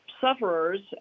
sufferers